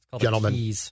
gentlemen